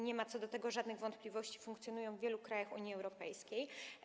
Nie ma co do tego żadnych wątpliwości, funkcjonują w wielu krajach Unii Europejskiej.